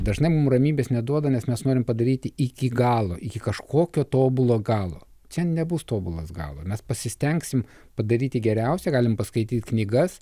dažnai mum ramybės neduoda nes mes norime padaryti iki galo iki kažkokio tobulo galo čia nebus tobulas galo mes pasistengsim padaryti geriausia galim paskaityt knygas